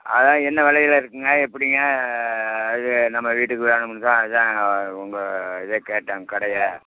அதான் என்ன விலையில இருக்குதுங்க எப்படிங்க அது நம்ம வீட்டுக்கு வேணுமுன்தான் அதான் உங்கள் இதை கேட்டேன் கடையை